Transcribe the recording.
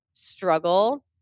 Struggle